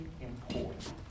important